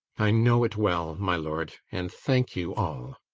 i know it well, my lord, and thank you all.